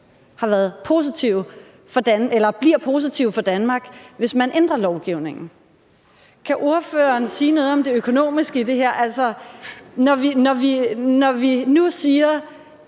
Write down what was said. bliver positive for Danmark, hvis lovgivningen ændres. Kan ordføreren sige noget om det økonomiske i det her? Når vi nu siger,